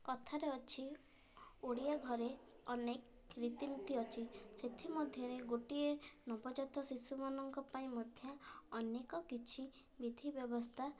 କଥାରେ ଅଛି ଓଡ଼ିଆ ଘରେ ଅନେକ ରୀତିନୀତି ଅଛି ସେଥିମଧ୍ୟରେ ଗୋଟିଏ ନବଜାତ ଶିଶୁମାନଙ୍କ ପାଇଁ ମଧ୍ୟ ଅନେକ କିଛି ବିଧି ବ୍ୟବସ୍ଥା